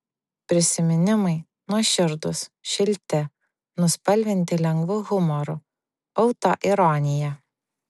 prisiminimai nuoširdūs šilti nuspalvinti lengvu humoru autoironija